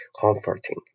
comforting